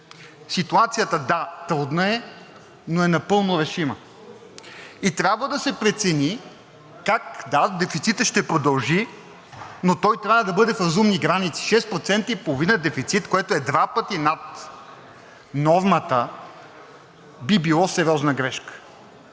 Ситуацията е трудна, но е напълно решима и трябва да се прецени как. Да, дефицитът ще продължи, но той трябва да бъде в разумни граници – 6,5% дефицит, което е два пъти над нормата, би било сериозна грешка,